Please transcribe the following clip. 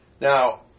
Now